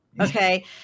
Okay